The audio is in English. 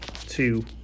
two